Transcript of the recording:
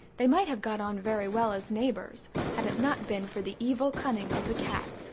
they might have got on very well as neighbours had it not been for the evil cunning of the cat.